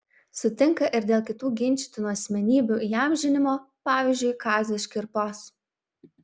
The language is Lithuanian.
sutinka ir dėl kitų ginčytinų asmenybių įamžinimo pavyzdžiui kazio škirpos